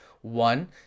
One